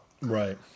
Right